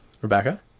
Rebecca